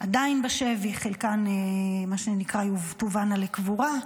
עדיין בשבי וחלקן מה שנקרא תובאנה לקבורה,